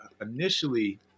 initially